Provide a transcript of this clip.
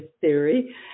theory